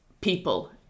people